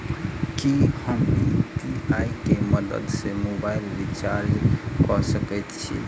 की हम यु.पी.आई केँ मदद सँ मोबाइल रीचार्ज कऽ सकैत छी?